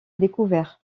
découverts